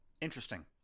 Interesting